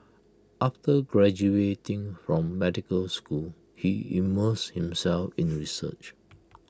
after graduating from medical school he immersed himself in research